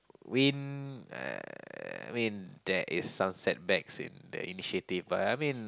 win uh I mean there is some setbacks in the initiative but I mean